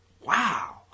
wow